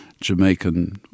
Jamaican